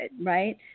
right